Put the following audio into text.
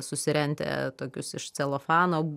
susirentę tokius iš celofano